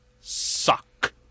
suck